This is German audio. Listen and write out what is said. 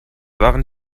waren